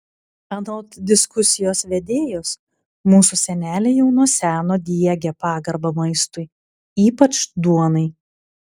anot diskusijos vedėjos mūsų seneliai jau nuo seno diegė pagarbą maistui ypač duonai